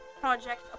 project